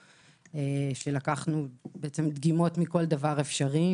לקחנו דגימות מכל דבר אפשרי,